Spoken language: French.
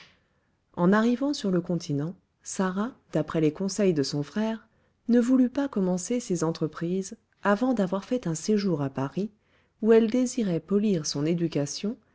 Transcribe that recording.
en arrivant sur le continent sarah d'après les conseils de son frère ne voulut pas commencer ses entreprises avant d'avoir fait un séjour à paris où elle désirait polir son éducation